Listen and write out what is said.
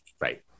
right